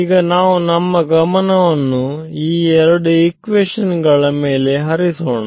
ಈಗ ನಾವು ನಮ್ಮ ಗಮನವನ್ನು ಈ ಎರಡು ಇಕ್ವೆಶನ್ ಗಳ ಮೇಲೆ ಹರಿಸೋಣ